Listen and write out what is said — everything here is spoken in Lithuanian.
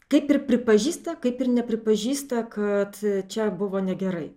kaip ir pripažįsta kaip ir nepripažįsta kad čia buvo negerai